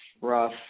rough